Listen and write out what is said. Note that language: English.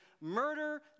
murder